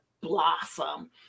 blossom